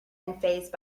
unfazed